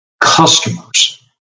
customers